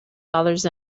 dollars